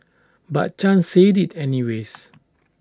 but chan said IT anyways